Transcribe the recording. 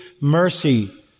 mercy